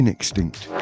extinct